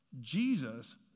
Jesus